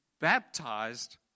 baptized